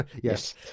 Yes